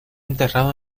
enterrado